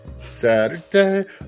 Saturday